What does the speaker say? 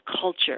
culture